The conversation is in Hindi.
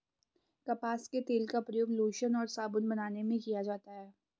कपास के तेल का प्रयोग लोशन और साबुन बनाने में किया जाता है